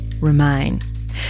remain